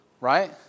right